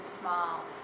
small